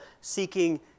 seeking